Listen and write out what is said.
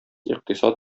икътисад